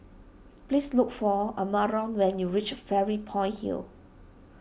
please look for Amarion when you reach Fairy Point Hill